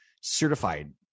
certified